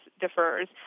differs